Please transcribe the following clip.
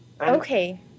Okay